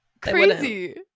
Crazy